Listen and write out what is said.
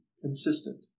consistent